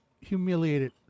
humiliated